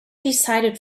decided